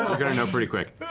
going to know pretty quick.